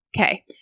Okay